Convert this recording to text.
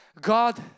God